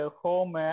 home